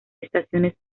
estaciones